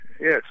yes